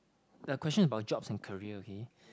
a question about jobs and career okay